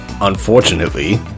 Unfortunately